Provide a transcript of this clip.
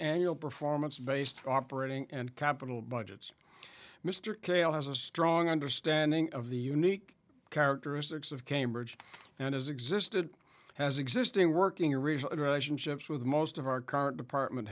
annual performance based operating and capital budgets mr kale has a strong understanding of the unique characteristics of cambridge and has existed as existing working or russian ships with most of our current department